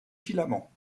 filaments